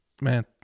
man